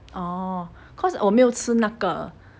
orh cause 我没有吃那个